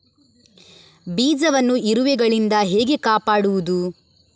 ಬೀಜವನ್ನು ಇರುವೆಗಳಿಂದ ಹೇಗೆ ಕಾಪಾಡುವುದು?